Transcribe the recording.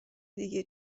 دیگه